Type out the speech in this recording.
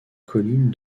colline